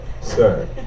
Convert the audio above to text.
sir